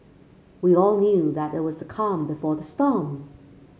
we all knew that it was the calm before the storm